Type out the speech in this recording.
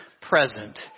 present